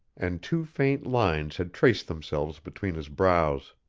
and two faint lines had traced themselves between his brows.